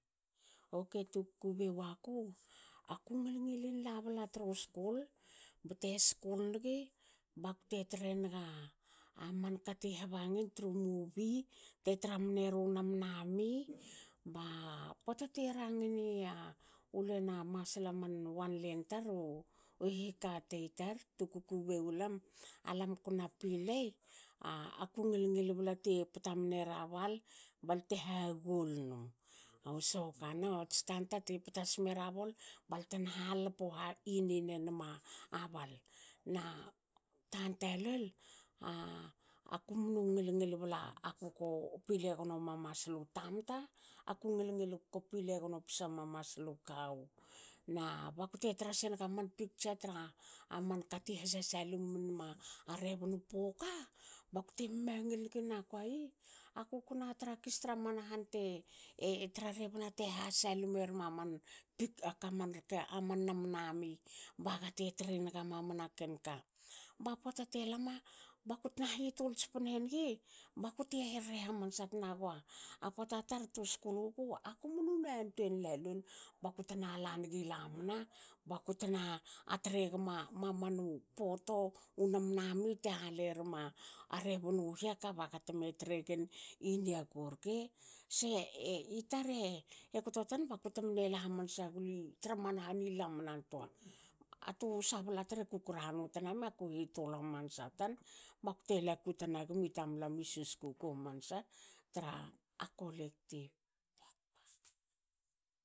Okei tu kukubei waku. aku ngil ngilin la bla tru skul. bte skul nigi bakte trenaga manka ti habangin tru movie te tra mneru nam nami. ba pota te rangini ya ulen a masla man wan len tar u hihikatei tar, tu kukubei wulam alam kna pilei. a ngil ngil bla te pta mnera bal balte hagol num. Soccer nats tanta te ptas mera bol balte na halpo ha inin enma a bal. Na tats lol. kumnu ngil ngil bla aku ko pilei gnoma maslu tamta. aku ngil ngil ko pilei psa gnoma maslu kawu. Na bakte tra senga man piktsa tra manka ti has hasalimin ma a rebnu poka. bakte mangil nigi nakua i "aku kua tra kis tra man han te tra rebna te ha salim erma man man nam nami bagate tre naga mamanaken ka". Ba pota te lama bakutna hitul tspne nigi bakute here hamansa tra gua a pota tar tu skul wuku. aku mnu na antuen lalol bakutna lanigi lamana. bakutna tregma mamanu poto, u nam nami te halerma a rebnu hiaka baga teme tregen i niaku rke. se tar e kto tan baku temne la hhamansa gli traman han i lamnan toa. Aku sabla tar e kukranu tanami aku hitul hamansa tan bakte laku tna gmi tamlam i susku k hamansa tra kolectiv.